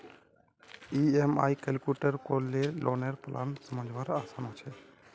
EMI calculate करे लौनेर plan समझवार आसान ह छेक